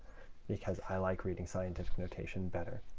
because i like reading scientific notation better.